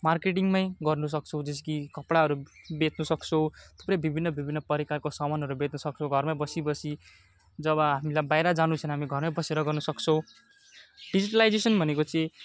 मार्केटिङमै गर्नु सक्छौँ जस्तो कि कपडाहरू बेच्न सक्छौँ थुप्रै विभिन्न विभिन्न प्रकारको समानहरू बेच्न सक्छौँ घरमै बसिबसि जब हामीलाई बाहिर जानु छैन हामी घरमै बसेर गर्न सक्छौँ डिजिटेलाइजेसन भनेको चाहिँ